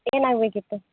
ಏನಾಗಬೇಕಿತ್ತು